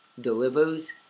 delivers